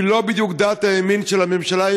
והיא לא בדיוק דעת הימין של הממשלה,